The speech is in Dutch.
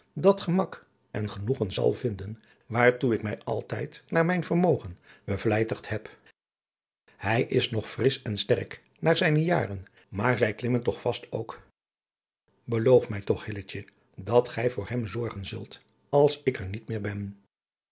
dat gemak en genoegen zal vinden waartoe ik mij altijd naar mijn vermogen bevlijtigd heb hij is nog frisch en sterk naar zijne jaren maar zij klimmen toch vast ook beloof mij toch hilletje dat gij voor hem zorgen zult als ik er niet meer ben